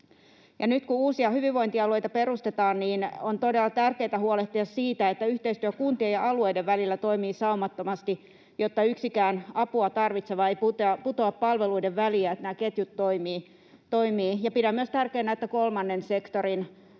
Nyt kun uusia hyvinvointialueita perustetaan, on todella tärkeätä huolehtia siitä, että yhteistyö kuntien ja alueiden välillä toimii saumattomasti, jotta yksikään apua tarvitseva ei putoa palveluiden väliin, ja että nämä ketjut toimivat. Pidän myös tärkeänä, että kolmannen sektorin